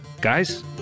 Guys